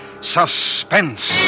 suspense